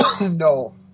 No